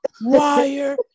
wire